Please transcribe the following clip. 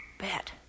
bet